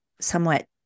somewhat